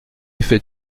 fait